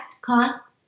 cost